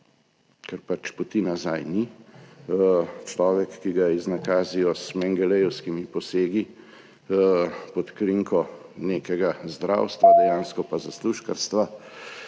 ker pač poti nazaj ni. Človek, ki ga iznakazijo z mendelejevskimi posegi pod krinko nekega zdravstva, dejansko pa zaslužkarstva,